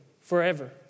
forever